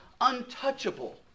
untouchable